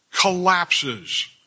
collapses